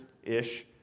Ish